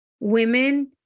Women